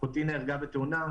"אחותי נהרגה בתאונה,